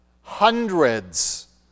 Hundreds